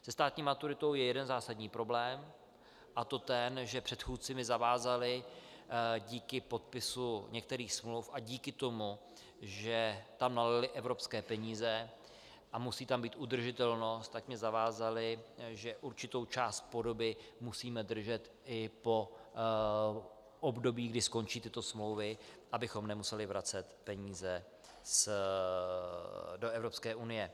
Se státní maturitou je jeden zásadní problém, a to ten, že předchůdci mě zavázali díky podpisu některých smluv a díky tomu, že tam nalili evropské peníze a musí tam být udržitelnost, že určitou část podoby musíme držet i po období, kdy skončí tyto smlouvy, abychom nemuseli vracet peníze do Evropské unie.